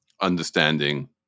understanding